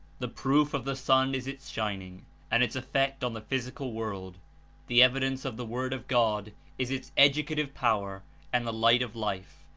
the proof of the sun is its shining and its effect on the physical world the evidence of the word of god is its educative power and the light of life,